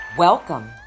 Welcome